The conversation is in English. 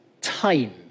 time